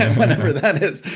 and whenever that is.